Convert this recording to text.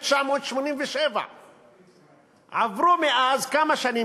1987. עברו מאז כמה שנים?